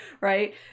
right